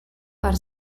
per